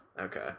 Okay